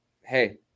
Hey